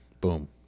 Boom